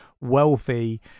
wealthy